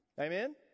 amen